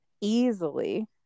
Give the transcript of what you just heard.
easily